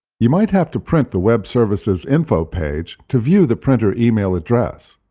you might have to print the web services info page to view the printer email address.